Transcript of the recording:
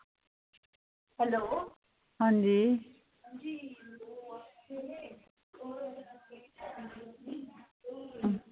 hello हां जी